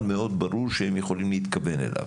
מאוד ברור שהם יכולים להתכוון אליו.